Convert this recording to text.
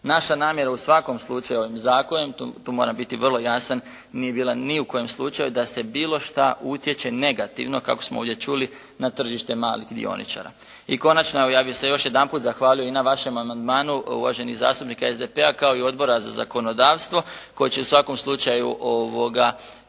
Naša namjera u svakom slučaju ovim zakonom, tu moram biti vrlo jasan, nije bila ni u kojem slučaju da se bilo šta utječe negativno kako smo ovdje čuli na tržište malih dioničara. I konačno evo ja bih se još jedanput zahvalio i na vašem amandmanu uvaženih zastupnika SDP-a kao i Odbora za zakonodavstvo koji će u svakom slučaju